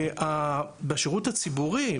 בשירות הציבורי,